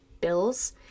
bills